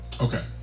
Okay